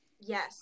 yes